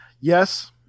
Yes